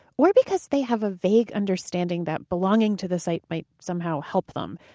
or because they have a vague understanding that belonging to the site might somehow help them?